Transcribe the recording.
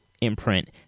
imprint